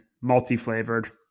multi-flavored